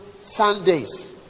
sundays